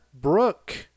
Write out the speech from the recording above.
Brooke